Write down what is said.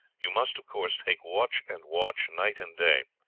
you must, of course, take watch and watch, night and day.